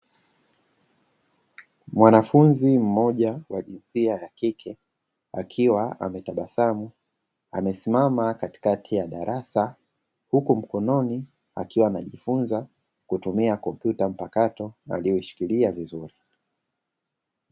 Mwanafunzi mmoja wa jinsia ya kike akiwa ametabasamu, amesimama katikati ya darasa, huku mkononi akiwa anajifunza kutumia kompyuta mpakato aliyoishikilia vizuri.